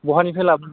बहानिफ्राय लाबोयो